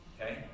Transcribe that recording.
okay